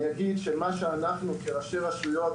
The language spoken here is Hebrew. אני אגיד שמה שאנחנו כראשי רשויות